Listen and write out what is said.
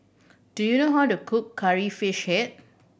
do you know how to cook Curry Fish Head